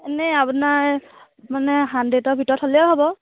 এনেই আপোনাৰ মানে হাণ্ড্ৰেডৰ ভিতৰত হ'লেও হ'ব